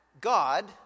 God